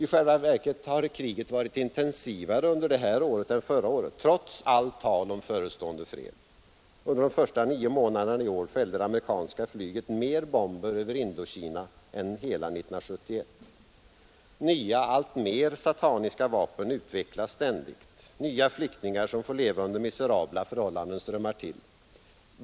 I själva verket har kriget under det här året varit intensivare än förra året, trots allt tal om förestående fred. Under de första nio månaderna i år fällde sålunda det amerikanska flyget mer bomber över Indokina än under hela 1971. Nya och alltmer sataniska vapen utvecklas ständigt. Nya flyktingar, som får leva under miserabla förhållanden, strömmar till.